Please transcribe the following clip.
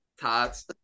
tots